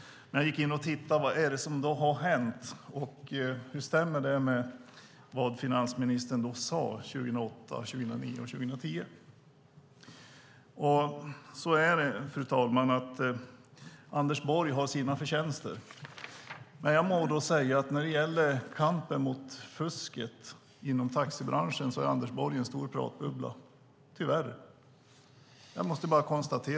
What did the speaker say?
Men när jag går in och tittar efter vad som hänt och hur det stämmer med vad finansministern sade 2008, 2009 och 2010 måste jag tyvärr konstatera att när det gäller kampen mot fusket inom taxibranschen är han en stor pratbubbla.